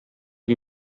wie